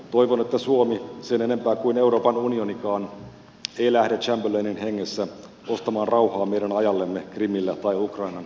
toivon että suomi sen enempää kuin euroopan unionikaan ei lähde chamberlainin hengessä ostamaan rauhaa meidän ajallemme krimillä tai ukrainan itäisissä oblasteissa